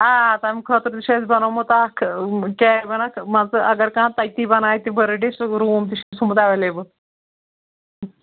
آ تَمہِ خٲطرٕ تہِ چھُ اَسہِ بَنومُت اَکھ کیبِن اَکھ مان ژٕ اگر کانٛہہ تٔتی بَنایہِ تہِ بٔرٕ ڈے سُہ روٗم تہِ چھُ تھوٚمُت اٮ۪ویلیبٕل